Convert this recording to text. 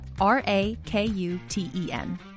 R-A-K-U-T-E-N